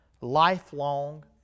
lifelong